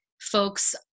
folks